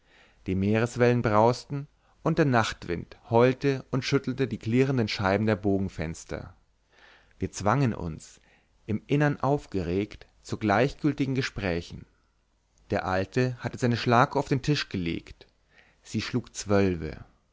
die meereswellen brausten und der nachtwind heulte und schüttelte die klirrenden scheiben der bogenfenster wir zwangen uns im innern aufgeregt zu gleichgültigen gesprächen der alte hatte seine schlaguhr auf den tisch gelegt sie schlug zwölfe